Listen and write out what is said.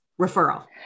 referral